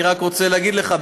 אני רק רוצה להגיד לך,